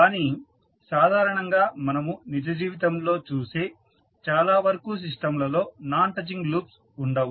కానీ సాధారణంగా మనము నిజ జీవితంలో చూసే చాలా వరకు సిస్టం లలో నాన్ టచింగ్ లూప్స్ ఉండవు